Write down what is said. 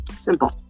Simple